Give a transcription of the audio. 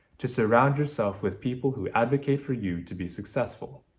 to surround yourself with people who advocate for you to be successful.